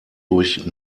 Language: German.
durch